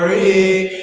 a